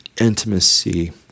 intimacy